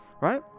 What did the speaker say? right